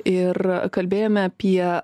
ir kalbėjome apie